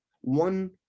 one